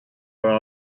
are